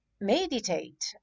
meditate